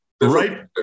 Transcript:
right